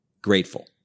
Grateful